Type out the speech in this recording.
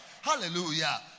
hallelujah